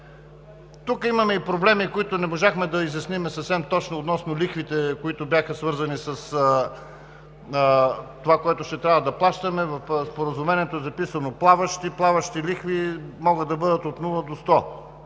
Тук имаме и проблеми, които не можахме да изясним съвсем точно, относно лихвите, които бяха свързани с това, което ще трябва да плащаме. В споразумението e записано „плаващи“ – плаващи лихви могат да бъдат от 0 до 100.